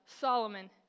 Solomon